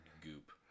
Goop